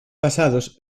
pasados